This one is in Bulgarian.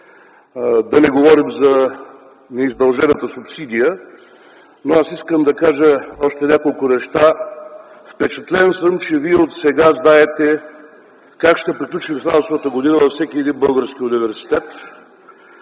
да не говорим за неиздължената субсидия. Искам да кажа още няколко неща. Впечатлен съм, че Вие отсега знаете как ще приключи годината във всеки един университет